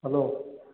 hello